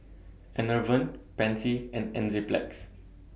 Enervon Pansy and Enzyplex